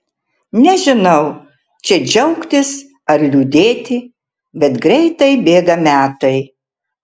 nežinau čia džiaugtis ar liūdėti bet greitai bėga metai